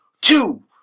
Two